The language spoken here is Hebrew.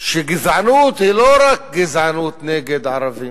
שגזענות היא לא רק גזענות נגד ערבים.